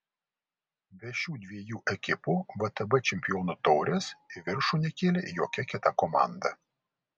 be šių dviejų ekipų vtb čempionų taurės į viršų nekėlė jokia kita komanda